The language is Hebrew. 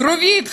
כרובית,